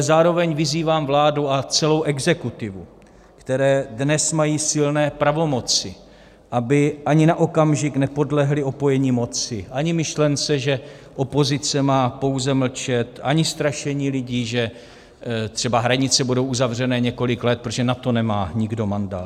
Zároveň ale vyzývám vládu a celou exekutivu, které dnes mají silné pravomoci, aby ani na okamžik nepodlehly opojení moci, ani myšlence, že opozice má pouze mlčet, ani strašení lidí, že třeba hranice budou uzavřené několik let, protože na to nemá nikdo mandát.